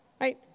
right